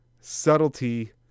subtlety